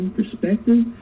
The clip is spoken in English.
Perspective